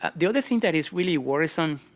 the other thing that is really worrisome,